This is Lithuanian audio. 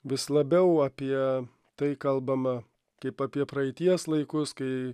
vis labiau apie tai kalbama kaip apie praeities laikus kai